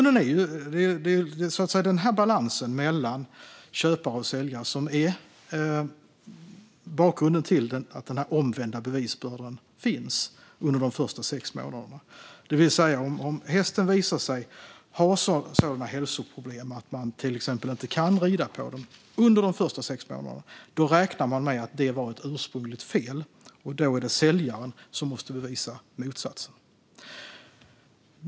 Det är den här balansen mellan köpare och säljare som är bakgrunden till att den omvända bevisbördan finns under de första sex månaderna. Det vill säga om hästen under de första sex månaderna visar sig ha sådana hälsoproblem att man till exempel inte kan rida på den räknar man med att det var ett ursprungligt fel, och då är det säljaren som måste bevisa motsatsen.